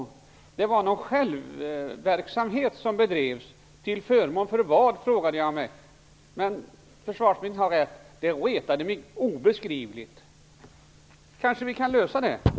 Det var någon självverksamhet som bedrevs. Till förmån för vad, frågade jag mig. Men försvarsministern har rätt, det retade mig obeskrivligt. Kanske vi kan komma till rätta med detta.